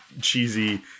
cheesy